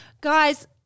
guys